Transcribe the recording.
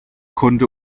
konnte